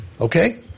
Okay